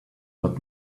but